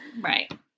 right